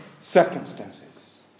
circumstances